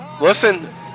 listen